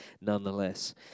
nonetheless